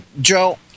Joe